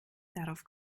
darauf